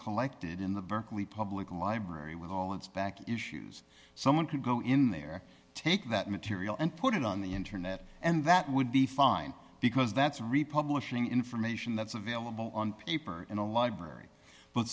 collected in the berkeley public library with all its back issues someone can go in there take that material and put it on the internet and that would be fine because that's a republican information that's available on paper in a library but